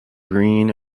green